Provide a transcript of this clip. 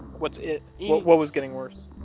what's it? you know what was getting worse?